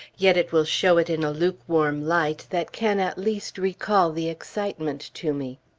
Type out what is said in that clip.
yet it will show it in a lukewarm light, that can at least recall the excitement to me.